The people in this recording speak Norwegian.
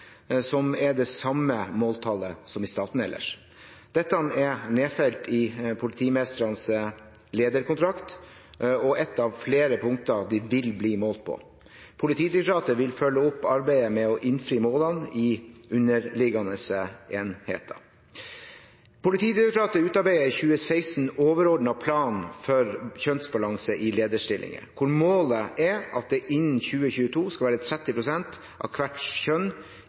som er det samme måltallet som i staten ellers. Dette er nedfelt i politimesternes lederkontrakt og et av flere punkter de vil bli målt på. Politidirektoratet vil følge opp arbeidet med å innfri målene i underliggende enheter. Politidirektoratet utarbeidet i 2016 en overordnet plan for kjønnsbalanse i lederstillinger, hvor målet er at det innen 2022 skal være 30 pst. av hvert kjønn